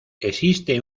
existe